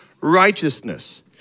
righteousness